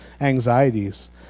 anxieties